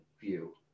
view